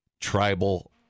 tribal